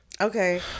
Okay